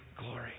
glory